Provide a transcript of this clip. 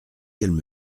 qu’elle